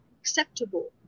acceptable